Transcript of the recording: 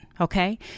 Okay